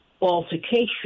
altercation